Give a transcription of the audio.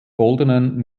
goldenen